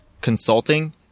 consulting